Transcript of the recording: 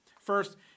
First